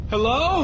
Hello